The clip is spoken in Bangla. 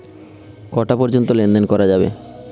কটা পর্যন্ত লেন দেন করা যাবে?